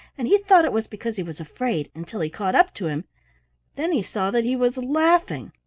and he thought it was because he was afraid, until he caught up to him then he saw that he was laughing.